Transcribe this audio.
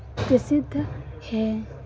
प्रसिद्ध है